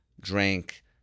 drank